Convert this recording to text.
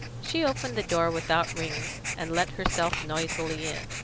she opened the door without ringing, and let herself noisily in.